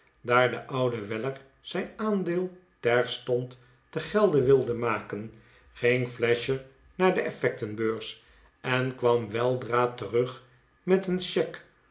daar de oude weller zijn aandeel terstond te gelde wilde maken ging flasher naar de effectenbeurs en kwam weldra terug met een cheque